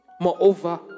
Moreover